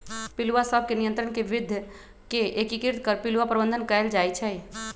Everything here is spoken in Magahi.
पिलुआ सभ के नियंत्रण के विद्ध के एकीकृत कर पिलुआ प्रबंधन कएल जाइ छइ